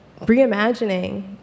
reimagining